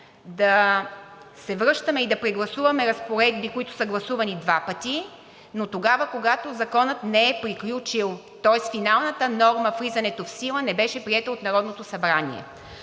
да се връщаме и да прегласуваме разпоредби, които са гласувани два пъти, но тогава, когато законът не е приключил, тоест финалната норма, влизането в сила не беше прието от Народното събрание.